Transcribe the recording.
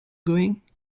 going